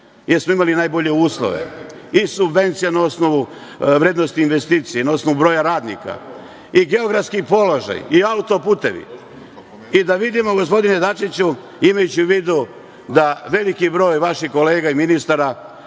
jer smo imali najbolje uslove, i subvencije na osnovu vrednosti investicije i na osnovu broja radnika i geografski položaj i autoputevi. I da vidimo, gospodine Dačiću, imajući u vidu da veliki broj vaših kolega i ministara